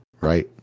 right